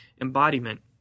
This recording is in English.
embodiment